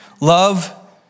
Love